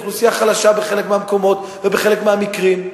אוכלוסייה חלשה בחלק מהמקומות ובחלק מהמקרים.